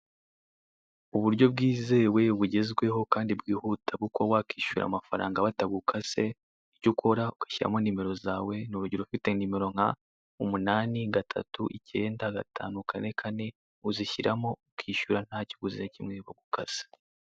Uburyo bwizewe bugezweho kandi bwihuta kuko wakwishyuye amafaranga batagukase ibyo ukora ugashyiramo nimero zawe ni urugero ufite nimero nka umunani gatatu icyenda gatanu kane kane uzishyiramo ukishyuramo nta kiguzi na kimwe bagukase.